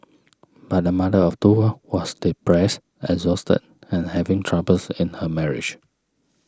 but the mother of two was depressed exhausted and having troubles in her marriage